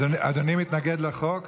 אדוני מתנגד לחוק?